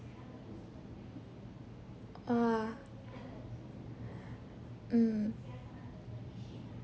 err mm